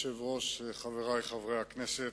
אדוני היושב-ראש, חברי חברי הכנסת,